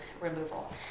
removal